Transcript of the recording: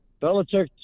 Belichick